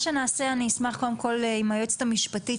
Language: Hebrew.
נתחיל עם משרד הבריאות,